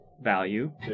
Value